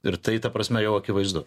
ir tai ta prasme jau akivaizdu